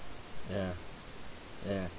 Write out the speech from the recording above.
ya ya